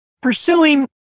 pursuing